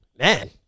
man